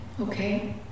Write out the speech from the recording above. Okay